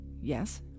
Yes